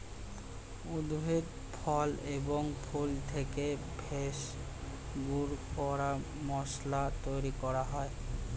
উদ্ভিদ, ফল এবং ফুল থেকে ভেষজ গুঁড়ো করে মশলা তৈরি করা হয়